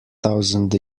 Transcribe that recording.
thousand